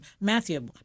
Matthew